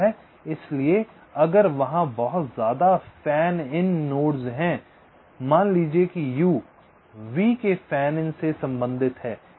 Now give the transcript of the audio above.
इसलिए इसलिए अगर वहां बहुत ज़्यादा फैन इन नोड्स हैं मान लीजिये कि यू v के फैन इन से संबंधित है